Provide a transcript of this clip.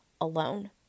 alone